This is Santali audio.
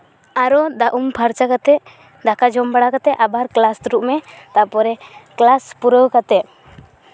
ᱟᱨᱚ ᱫᱟᱜ ᱩᱢ ᱯᱷᱟᱨᱪᱟ ᱠᱟᱛᱮᱫ ᱫᱟᱠᱟ ᱡᱚᱢ ᱵᱟᱲᱟ ᱠᱟᱛᱮᱫ ᱟᱵᱟᱨ ᱠᱞᱟᱥ ᱫᱩᱲᱩᱵ ᱢᱮ ᱛᱟᱨᱯᱚᱨᱮ ᱠᱞᱟᱥ ᱯᱩᱨᱟᱹᱣ ᱠᱟᱛᱮᱫ